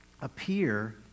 appear